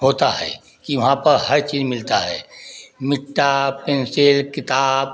होता है कि वहाँ पर हर चीज मिलता है मिट्टा पेंसिल किताब